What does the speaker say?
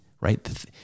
right